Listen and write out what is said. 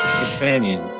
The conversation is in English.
companion